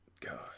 God